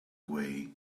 way